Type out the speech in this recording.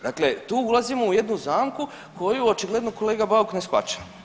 Dakle, tu ulazimo u jednu zamku koju očigledno kolega Bauk na shvaća.